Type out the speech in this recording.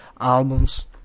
albums